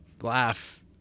laugh